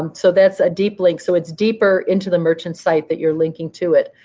um so that's a deep link. so it's deeper into the merchant site that you're linking to it.